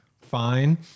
fine